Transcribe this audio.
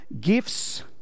gifts